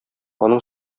аның